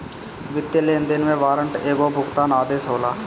वित्तीय लेनदेन में वारंट एगो भुगतान आदेश होला